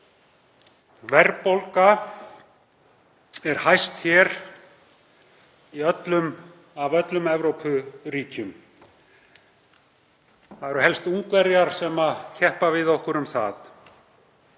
Verðbólga er hæst hér af öllum Evrópuríkjum. Það eru helst Ungverjar sem keppa við okkur um það.